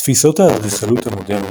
תפישות האדריכלות המודרנית,